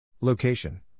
Location